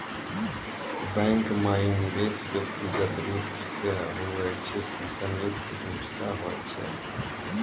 Bank माई निवेश व्यक्तिगत रूप से हुए छै की संयुक्त रूप से होय छै?